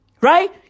Right